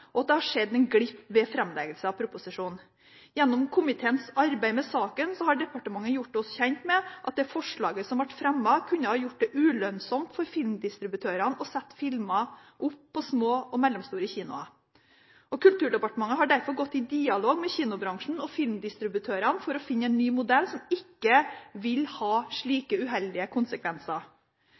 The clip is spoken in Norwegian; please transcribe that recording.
og at det har skjedd en glipp ved framleggelse av proposisjonen. Gjennom komiteens arbeid med saken har departementet gjort oss kjent med at det forslaget som ble fremmet, kunne ha gjort det ulønnsomt for filmdistributørene å sette filmer opp på små og mellomstore kinoer. Kulturdepartementet har derfor gått i dialog med kinobransjen og filmdistributørene for å finne en ny modell som ikke vil ha slike uheldige konsekvenser.